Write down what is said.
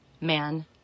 man